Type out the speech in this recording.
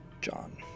John